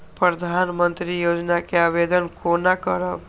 प्रधानमंत्री योजना के आवेदन कोना करब?